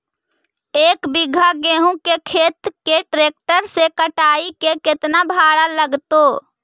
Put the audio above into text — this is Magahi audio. एक बिघा गेहूं के खेत के ट्रैक्टर से कटाई के केतना भाड़ा लगतै?